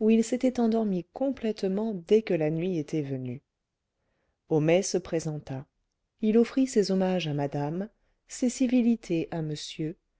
où il s'était endormi complètement dès que la nuit était venue homais se présenta il offrit ses hommages à madame ses civilités à monsieur